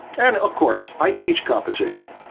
and of course, i teach composition